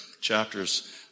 chapters